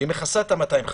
שמכסה את ה-250,